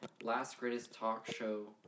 lastgreatesttalkshow